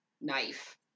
knife